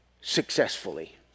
successfully